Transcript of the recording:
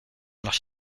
dans